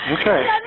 Okay